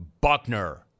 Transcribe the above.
Buckner